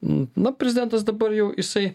na prezidentas dabar jau jisai